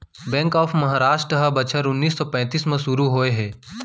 bank of Maharashtra ह बछर उन्नीस सौ पैतीस म सुरू होए हे